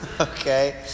okay